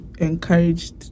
encouraged